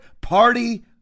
Party